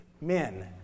men